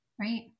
Right